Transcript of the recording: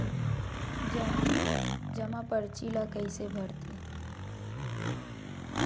जमा परची ल कइसे भरथे?